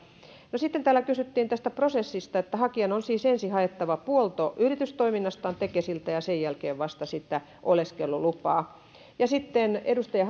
sitten kysyttiin tästä prosessista että hakijan on siis ensin haettava puolto yritystoiminnastaan tekesiltä ja sen jälkeen vasta sitä oleskelulupaa ja sitten edustaja